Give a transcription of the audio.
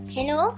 Hello